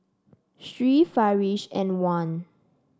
Sri Farish and Wan